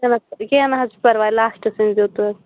چلو کیٚنٛہہ نہَ حظ چھُ پَرواے لاسٹَس أنۍ زیٚو تُہۍ